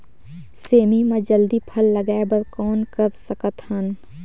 सेमी म जल्दी फल लगाय बर कौन कर सकत हन?